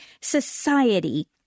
society